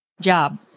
job